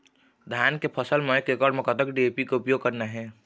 धान के फसल म एक एकड़ म कतक डी.ए.पी के उपयोग करना हे?